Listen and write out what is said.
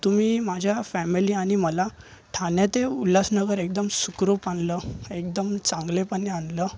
तुम्ही माझ्या फॅमिली आणि मला ठाणे ते उल्हासनगर एकदम सुखरूप आणलं एकदम चांगलेपणाने आणलं